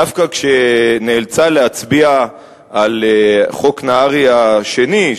דווקא כשנאלצה להצביע על חוק נהרי השני,